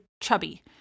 chubby